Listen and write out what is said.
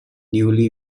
newly